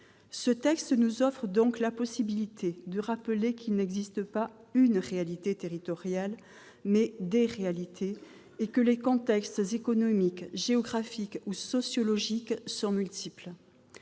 Ce texte nous offre donc la possibilité de rappeler qu'il n'existe pas une réalité territoriale, mais des réalités, et que les contextes économiques, géographiques ou sociologiques sont multiples.